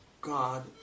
God